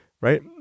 Right